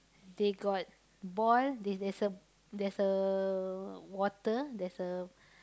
they got ball there's there's a there's uh water there's a